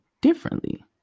differently